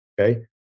okay